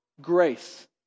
grace